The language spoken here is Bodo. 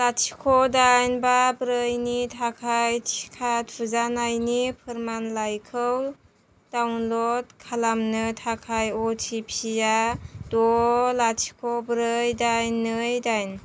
लाथिख' दाइन बा ब्रैनि थाखाय टिका थुजानायनि फोरमानलाइखौ डाउनल'ड खालामनो थाखाय अ टि पि आ द' लाथिख' ब्रै दाइन नै दाइन